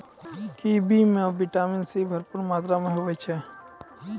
kiwi म vitamin C भरपूर मात्रा में होय छै